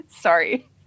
Sorry